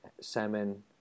salmon